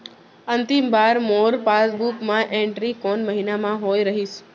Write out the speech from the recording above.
अंतिम बार मोर पासबुक मा एंट्री कोन महीना म होय रहिस?